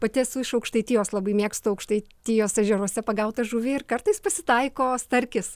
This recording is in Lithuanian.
pati esu iš aukštaitijos labai mėgstu aukštaitijos ežeruose pagautą žuvį ir kartais pasitaiko starkis